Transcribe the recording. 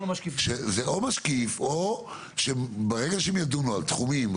זה או משקיף או ברגע שהם ידונו על תחומים,